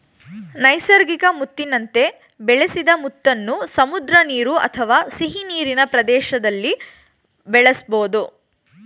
ನೈಸರ್ಗಿಕ ಮುತ್ತಿನಂತೆ ಬೆಳೆಸಿದ ಮುತ್ತನ್ನು ಸಮುದ್ರ ನೀರು ಅಥವಾ ಸಿಹಿನೀರಿನ ಪ್ರದೇಶ್ದಲ್ಲಿ ಬೆಳೆಸ್ಬೋದು